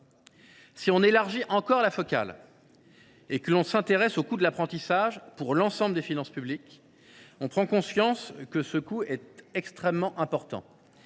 Si on élargit encore la focale, et que l’on s’intéresse au coût de l’apprentissage pour l’ensemble des finances publiques, on prend conscience que celui ci est extrêmement important.